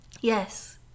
yes